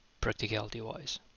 practicality-wise